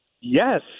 Yes